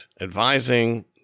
advising